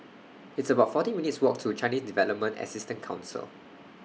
It's about forty minutes' Walk to Chinese Development Assistance Council